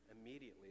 immediately